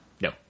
no